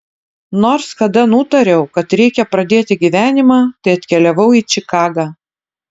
nors kada nutariau kad reikia pradėti gyvenimą tai atkeliavau į čikagą